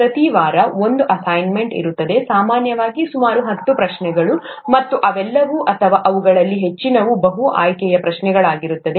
ಪ್ರತಿ ವಾರ ಒಂದು ಅಸೈನ್ಮೆಂಟ್ ಇರುತ್ತದೆ ಸಾಮಾನ್ಯವಾಗಿ ಸುಮಾರು ಹತ್ತು ಪ್ರಶ್ನೆಗಳು ಮತ್ತು ಅವೆಲ್ಲವೂ ಅಥವಾ ಅವುಗಳಲ್ಲಿ ಹೆಚ್ಚಿನವು ಬಹು ಆಯ್ಕೆಯ ಪ್ರಶ್ನೆಗಳಾಗಿರುತ್ತದೆ